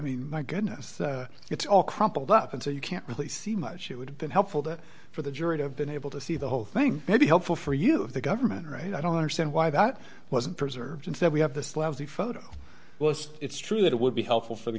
mean my goodness it's all crumpled up and so you can't really see much she would have been helpful to for the jury to have been able to see the whole thing may be helpful for you if the government right i don't understand why that wasn't preserved and so we have this lousy photo it's true that it would be helpful for the